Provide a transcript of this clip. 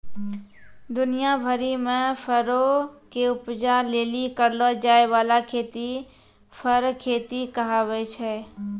दुनिया भरि मे फरो के उपजा लेली करलो जाय बाला खेती फर खेती कहाबै छै